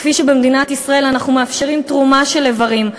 כפי שבמדינת ישראל אנחנו מאפשרים תרומה של איברים,